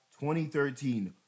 2013